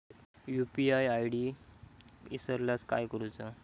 UPI ID इसरल्यास काय करुचा?